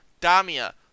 Damia